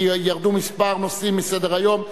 כי ירדו כמה נושאים מסדר-היום,